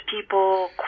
people